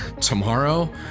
Tomorrow